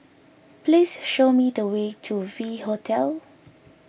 please show me the way to V Hotel